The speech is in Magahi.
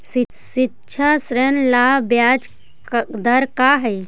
शिक्षा ऋण ला ब्याज दर का हई?